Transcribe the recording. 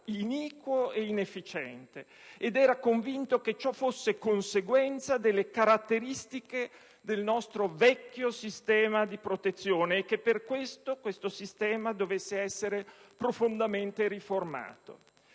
iniquo e inefficiente; ed era convinto che ciò fosse conseguenza delle caratteristiche del nostro vecchio sistema di protezione e che per tale ragione questo sistema dovesse essere profondamente riformato.